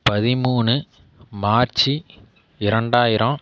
பதிமூணு மார்ச்சி இரண்டாயிரம்